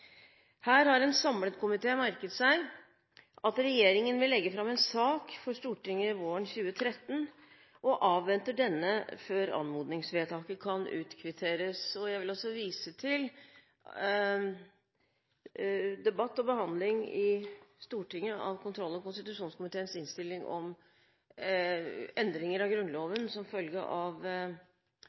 Her har en samlet komité merket seg at regjeringen vil legge fram en sak for Stortinget våren 2013, og avventer denne før anmodningsvedtaket kan utkvitteres. Jeg vil også vise til debatt og behandling i Stortinget av kontroll- og konstitusjonskomiteens innstilling om endringer av Grunnloven som følge av